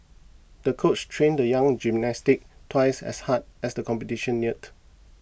the coach trained the young gymnast twice as hard as the competition neared